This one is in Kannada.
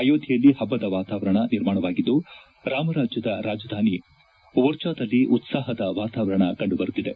ಅಯೋಧ್ಯೆಯಲ್ಲಿ ಹಬ್ಬದ ವಾತಾವರಣ ನಿರ್ಮಾಣವಾಗಿದ್ದು ರಾಮರಾಜ್ಯದ ರಾಜಧಾನಿ ಓರ್ಚಾದಲ್ಲಿ ಉತ್ಪಹಾದ ವಾತಾವರಣ ಕಂಡು ಬರುತ್ತಿದೆ